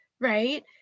right